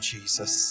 Jesus